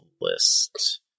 list